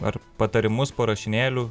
ar patarimus po rašinėlių